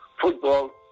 football